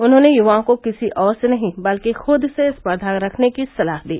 उन्होंने य्वाओं को किसी और से नही बल्कि खुद से स्पर्धा रखने की सलाह दी